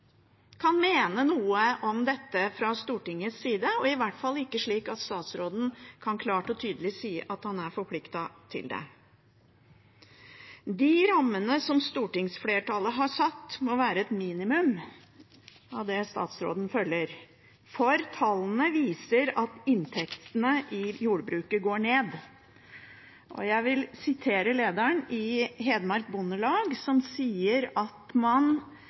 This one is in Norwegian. kan mene noe om dette fra Stortingets side, og i hvert fall ikke slik at statsråden klart og tydelig kan si at han er forpliktet til det. De rammene som stortingsflertallet har satt, må være et minimum av det statsråden følger, for tallene viser at inntektene i jordbruket går ned. Jeg vil referere til lederen i Hedmark Bondelag, som sier at man